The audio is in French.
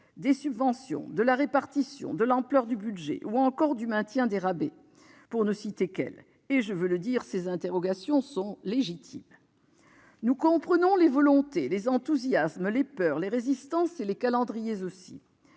de subventions, de répartition, d'ampleur du budget, ou encore de maintien des rabais, pour ne citer que ces sujets, et, je veux le dire, ces interrogations sont légitimes. Nous comprenons les volontés, les enthousiasmes, les peurs, les résistances ... et les calendriers aussi